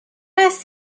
است